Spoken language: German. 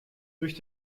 durch